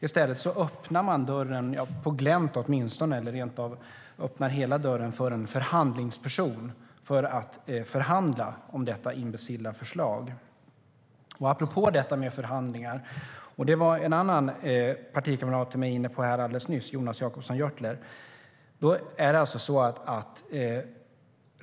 I stället öppnar man dörren - åtminstone på glänt eller rent av helt - för en förhandlingsperson för att förhandla om detta imbecilla förslag. Apropå detta med förhandlingar: En annan partikamrat till mig, Jonas Jacobsson Gjörtler, var inne på detta alldeles nyss.